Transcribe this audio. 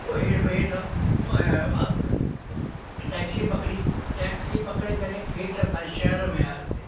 हो हे हेठां टैक्सी पकिड़ी टैक्सी पकिड़े करे हेठि असां शहर में आयासीं